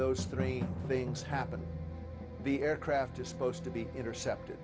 those three things happen the aircraft is supposed to be intercepted